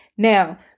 Now